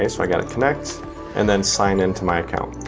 ah so i gotta connect and then sign in to my account.